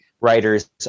writers